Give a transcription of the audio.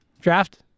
Draft